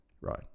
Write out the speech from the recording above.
Right